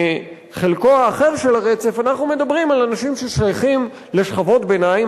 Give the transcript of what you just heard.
בחלקו האחר של הרצף אנחנו מדברים על אנשים ששייכים לשכבות ביניים,